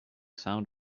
sound